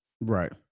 Right